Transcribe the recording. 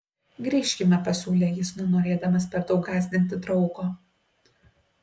grįžkime pasiūlė jis nenorėdamas per daug gąsdinti draugo